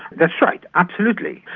that's right, absolutely,